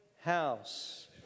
house